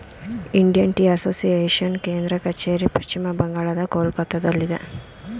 Indian tea association ಕೇಂದ್ರ ಕಚೇರಿ ಪಶ್ಚಿಮ ಬಂಗಾಳದ ಕೊಲ್ಕತ್ತಾದಲ್ಲಿ